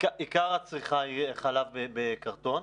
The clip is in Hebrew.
עיקר הצריכה היא חלב בקרטון.